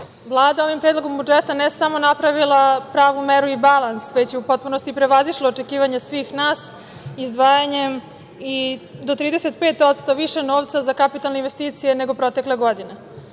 Vlada ovim predlogom budžeta ne samo napravila pravu meru i balans, već je u potpunosti prevazišla očekivanja svih nas, izdvajanjem i do 35% više novca za kapitalne investicije nego protekle godine. Ovo